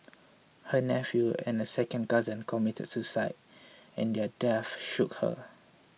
her nephew and a second cousin committed suicide and their deaths shook her